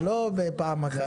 זה לא בפעם אחת.